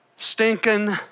stinking